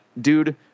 dude